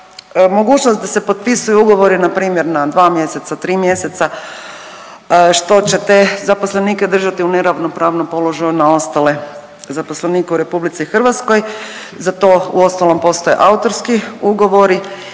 mogućnost da se potpisuju ugovori npr. na 2 mjeseca, 3 mjeseca što će te zaposlenike držati u neravnopravnom položaju na ostale zaposlenike u RH. Za to uostalom postoje autorski ugovori.